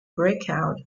breakout